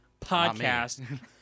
Podcast